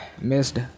missed